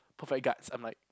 perfect guards I'm like